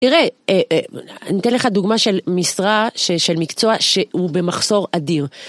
תראה, אני אתן לך דוגמה של משרה של מקצוע שהוא במחסור אדיר.